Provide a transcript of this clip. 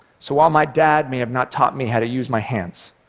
so while my dad may have not taught me how to use my hands,